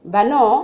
Bano